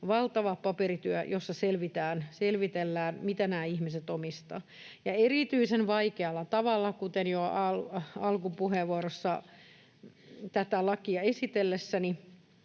valtava paperityö, jossa selvitellään, mitä nämä ihmiset omistavat. Ja erityisen vaikealla tavalla, kuten jo alkupuheenvuorossa tätä lakiehdotusta esitellessäni